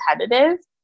competitive